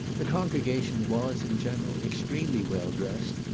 the congregation was, in general, extremely well dressed,